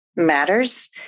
matters